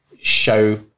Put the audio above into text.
show